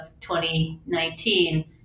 2019